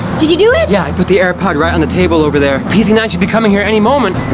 did you do it? yeah, i put but the airpod right on the table over there. p z nine should be coming here any moment.